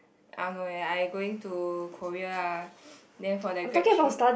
I don't know eh I going to Korea ah then for that grad trip